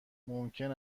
ممکن